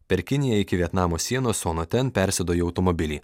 per kiniją iki vietnamo sienos o nuo ten persėdo į automobilį